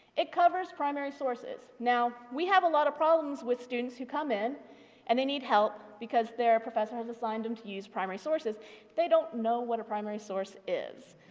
it covers primary sources. now, we have a lot of problems with students who come in and they need help because they're professor has assigned them to use primary sources they don't know what a primary source is.